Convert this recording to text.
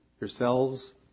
yourselves